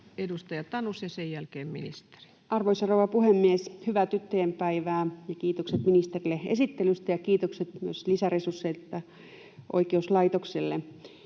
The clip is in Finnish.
vuodelle 2024 Time: 12:28 Content: Arvoisa rouva puhemies! Hyvää tyttöjen päivää, ja kiitokset ministerille esittelystä. Kiitokset myös lisäresursseista oikeuslaitokselle.